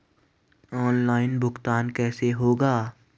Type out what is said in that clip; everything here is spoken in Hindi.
ऑनलाइन भुगतान कैसे होगा?